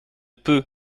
peu